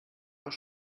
auch